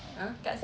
ah